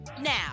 now